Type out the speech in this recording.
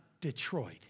Detroit